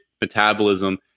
metabolism